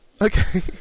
Okay